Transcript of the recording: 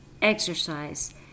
Exercise